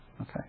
Okay